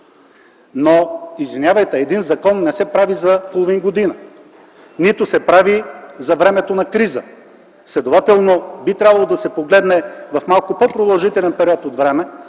Но, извинявайте, един закон не се прави за половин година, нито се прави за времето на криза. Следователно би трябвало да се погледне в малко по продължителен период от време,